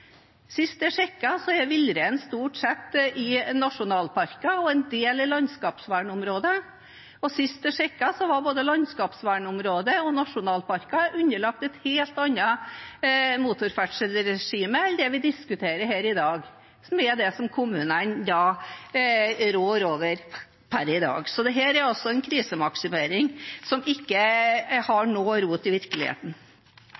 stort sett i nasjonalparker og en del i landskapsvernområder. Og sist jeg sjekket, var både landskapsvernområder og nasjonalparker underlagt et helt annet motorferdselsregime enn det vi diskuterer her i dag, som er det kommunene rår over per i dag. Dette er en krisemaksimering som ikke